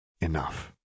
enough